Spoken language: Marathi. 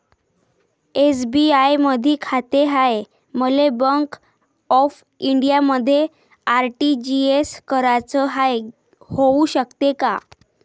एस.बी.आय मधी खाते हाय, मले बँक ऑफ इंडियामध्ये आर.टी.जी.एस कराच हाय, होऊ शकते का?